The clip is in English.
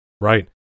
Right